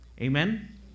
Amen